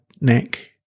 neck